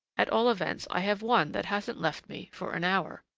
at all events i have one that hasn't left me for an hour.